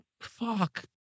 fuck